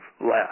left